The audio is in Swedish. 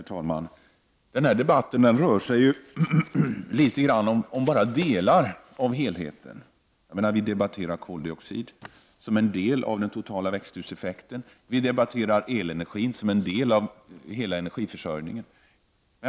Herr talman! Den här debatten rör sig ju bara om delar av helheten. Vi debatterar koldioxid som en del av den totala växthuseffekten. Vi debatterar elenergin som en del av hela energiförsörjningen.